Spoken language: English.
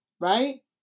right